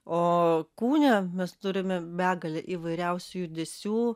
o kūne mes turime begalę įvairiausių judesių